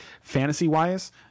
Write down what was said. fantasy-wise